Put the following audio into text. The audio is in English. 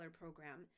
program